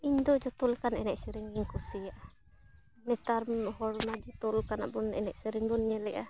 ᱤᱧ ᱫᱚ ᱡᱷᱚᱛᱚ ᱞᱮᱠᱟᱱ ᱮᱱᱮᱡ ᱥᱮᱨᱮᱧ ᱜᱤᱧ ᱠᱩᱥᱤᱭᱟᱜᱼᱟ ᱱᱮᱛᱟᱨ ᱨᱮᱱ ᱦᱚᱲᱢᱟ ᱡᱷᱚᱛᱚ ᱞᱮᱠᱟᱱᱟᱜ ᱵᱚᱱ ᱮᱱᱮᱡ ᱥᱮᱨᱮᱧ ᱵᱚᱱ ᱧᱮᱞᱮᱜᱼᱟ